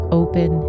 open